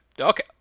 Okay